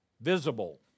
visible